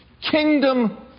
kingdom